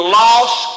lost